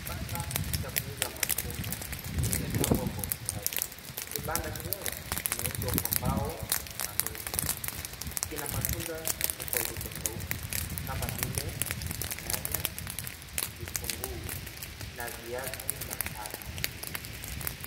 Kibanda cha kuuza matunda kimepangwa kwa ustadi. Kibanda chenyewe kimeundwa kwa mbao na miti. Kina matunda tofauti tofauti kama vile nyanya, vitunguu na viazi mbatata.